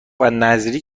نذری